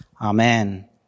amen